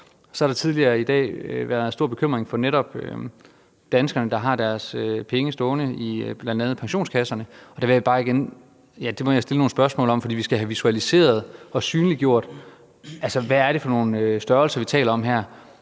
Så har der tidligere i dag været stor bekymring netop for danskerne, der har deres penge stående i bl.a. pensionskasserne, og det vil jeg stille nogle spørgsmål om, for vi skal have visualiseret og synliggjort, hvad det er for nogle størrelser, vi taler om her,